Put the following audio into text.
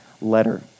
letter